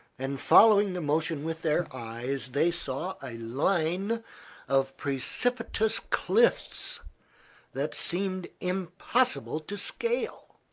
and following the motion with their eyes they saw a line of precipitous cliffs that seemed impossible to scale.